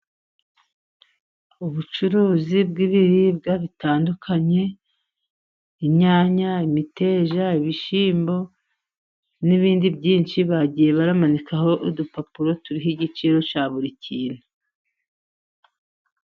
Ubucuruzi bw'ibiribwa bitandukanye, inyanya, imiteja, ibishyimbo n'ibindi byinshi, bagiye bamanikaho udupapuro turiho igiciro cya buri kintu.